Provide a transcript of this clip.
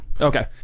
okay